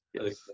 Yes